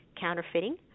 counterfeiting